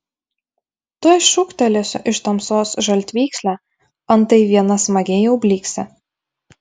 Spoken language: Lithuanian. tuoj šūktelėsiu iš tamsos žaltvykslę antai viena smagiai jau blyksi